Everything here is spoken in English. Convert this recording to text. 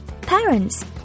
Parents